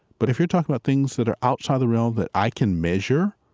but if you are talking about things that are outside the realm that i can measure,